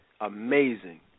amazing